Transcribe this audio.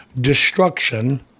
destruction